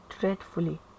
dreadfully